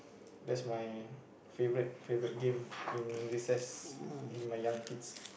that's my favourite favourite game in recess in my young kids